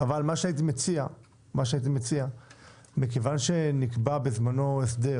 אבל מה שהייתי מציע, מכיוון שנקבע בזמנו הסדר